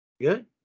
Good